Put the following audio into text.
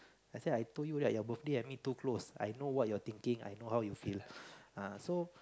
actually I told you right your birthday and me too close I know what you're thinking I know how you feel ah so